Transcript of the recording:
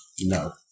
no